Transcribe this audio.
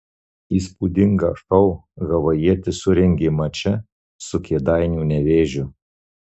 įspūdingą šou havajietis surengė mače su kėdainių nevėžiu